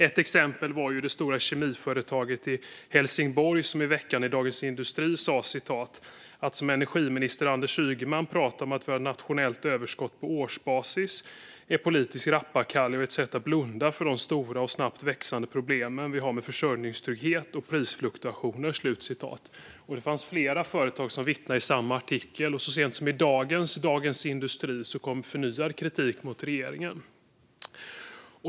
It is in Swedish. Ett exempel var det stora kemiföretaget i Helsingborg som i veckan i Dagens Industri sa: "Att som energiminister Anders Ygeman prata om att vi har ett nationellt elöverskott på årsbasis är politisk rappakalja och ett sätt att blunda för de stora och snabbt växande problemen vi har med försörjningstrygghet och prisfluktuationer." Det fanns flera företag som vittnade i samma artikel. Så sent som i dagens Dagens Industri kom förnyad kritik mot regeringen.